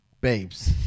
Babes